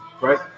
right